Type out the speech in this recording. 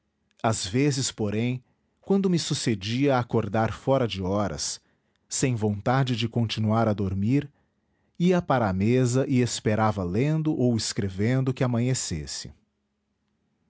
às vezes porém quando me sucedia acordar fora de horas sem vontade de continuar a dormir ia para a mesa e esperava lendo ou escrevendo que amanhecesse